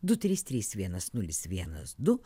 du trys trys vienas nulis vienas du